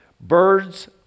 Birds